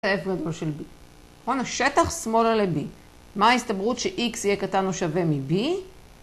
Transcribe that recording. נכון, השטח שמאלה ל-B, מה ההסתברות ש-X יהיה קטן או שווה מ-B?